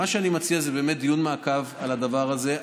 מה שאני מציע זה באמת דיון מעקב על הדבר הזה.